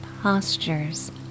postures